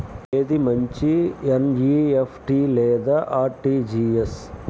ఏది మంచి ఎన్.ఈ.ఎఫ్.టీ లేదా అర్.టీ.జీ.ఎస్?